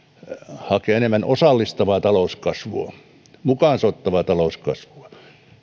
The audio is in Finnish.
hakea enemmän osallistavaa talouskasvua mukaansa ottavaa talouskasvua